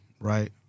right